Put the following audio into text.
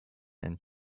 and